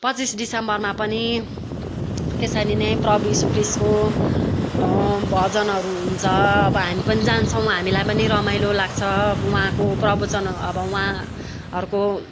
पच्चिस डिसेम्बरमा पनि त्यसरी नै प्रभु यिसु क्रिस्टको भजनहरू हुन्छ अब हामी पनि जान्छौँ हामीलाई पनि रमाइलो लाग्छ अब उहाँको प्रवचन अब उहाँहरूको